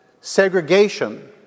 segregation